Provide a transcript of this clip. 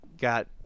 got